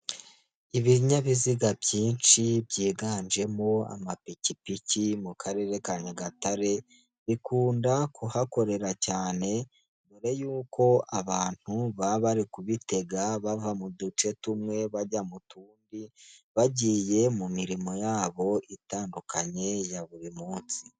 Ibinyabiziga byinshi byiganjemo amapikipiki mu karere ka Nyagatare, bikunda kuhakorera cyane mbere y'uko abantu baba bari kubitega bava mu duce tumwe bajya mu tundi, bagiye mu mirimo yabo itandukanye ya buri munsi.